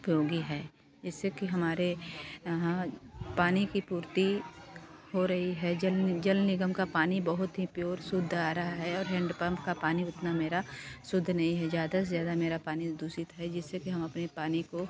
उपयोगी है इससे कि हमारे यहाँ पानी की पूर्ति हो रही है जल जल निगम का पानी बहुत ही प्योर शुद्ध आ रहा है और हैंडपंप का पानी उतना मेरा शुद्ध नहीं है ज़्यादा से ज़्यादा मेरा पानी दूषित है जिससे कि हम अपने पानी को